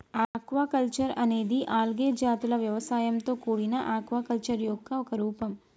aquaculture అనేది algae జాతుల వ్యవసాయంతో కూడిన ఆక్వాకల్చర్ యొక్క ఒక రూపం